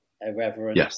irreverent